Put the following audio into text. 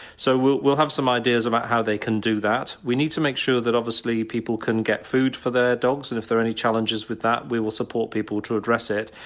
so, we'll have some ideas about how they can do that. we need to make sure that obviously people can get food for their dogs and if there are any challenges with that, we will support people to address it.